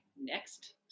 next